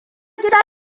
gida